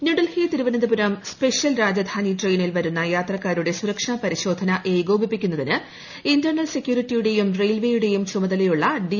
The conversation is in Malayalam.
ന്യൂഡൽഹി തിരുവനന്തപുരം സ്പെഷ്യൽ രാജധാനി ട്രെയിനിൽ വരുന്ന യാത്രക്കാരുടെ സുരക്ഷാപരിശോധന ഏകോപിപ്പിക്കുന്നതിന് ഇന്റേണൽ സെക്യൂരിറ്റിയുടേയും റെയിൽവേയുടേയും ചുമതലയുള്ള ഡി